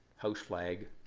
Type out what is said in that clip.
house flag,